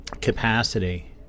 capacity